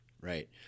Right